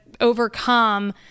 overcome